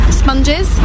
sponges